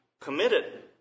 committed